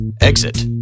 Exit